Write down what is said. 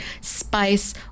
spice